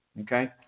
Okay